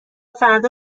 فردا